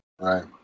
Right